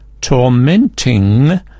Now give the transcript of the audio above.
tormenting